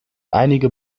einige